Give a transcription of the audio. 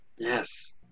Yes